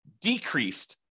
decreased